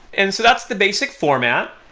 and so that's the basic format.